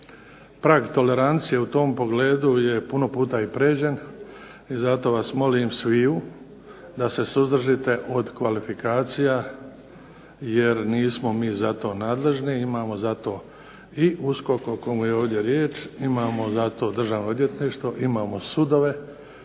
prag tolerancije u tom pogledu je puno puta i pređen i zato vas molim sviju da se suzdržite od kvalifikacija, jer mi nismo zato nadležni. Imamo mi zato i USKOK o komu je ovdje riječ, imamo zato Državno odvjetništvo, imamo sudove